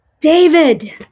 David